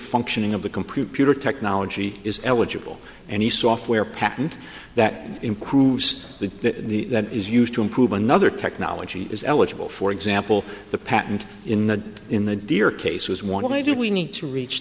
functioning of the computer technology is eligible any software patent that improves the the that is used to improve another technology is eligible for example the patent in the in the deer cases want to do we need to reach